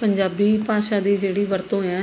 ਪੰਜਾਬੀ ਭਾਸ਼ਾ ਦੀ ਜਿਹੜੀ ਵਰਤੋਂ ਹੈ